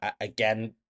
again